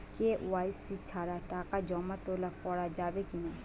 KYC ছাড়া টাকা জমা তোলা করা যাবে কি না?